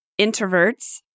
introverts